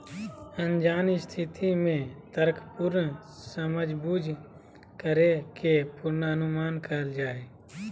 अनजान स्थिति में तर्कपूर्ण समझबूझ करे के पूर्वानुमान कहल जा हइ